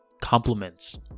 compliments